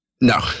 No